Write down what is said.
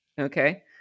okay